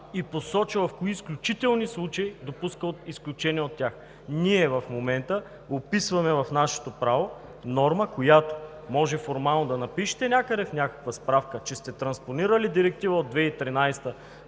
и посочва в кои изключителни случаи допуска изключения от тях. Ние в момента описваме в нашето право норма, която може формално да напишете някъде в някаква справка, че сте транспонирали Директива от 2019 г.,